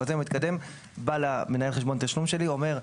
היוזם המתקדם בא למנהל החשבון התשלום שלי, ואומר: